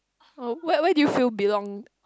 oh where where do you feel belonged